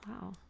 Wow